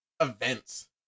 events